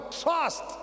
trust